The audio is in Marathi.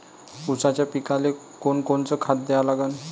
ऊसाच्या पिकाले कोनकोनचं खत द्या लागन?